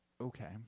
Okay